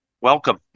welcome